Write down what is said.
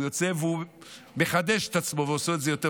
הוא יוצא והוא מחדש את עצמו ועושה את זה שוב,